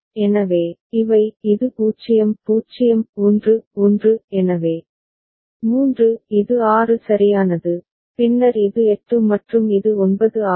எனவே இவை இது 0 0 1 1 எனவே 3 இது 6 சரியானது பின்னர் இது 8 மற்றும் இது 9 ஆகும்